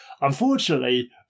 Unfortunately